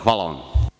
Hvala vam.